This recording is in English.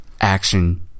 action